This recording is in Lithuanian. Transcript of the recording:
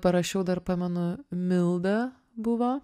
parašiau dar pamenu milda buvo